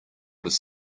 his